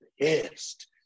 pissed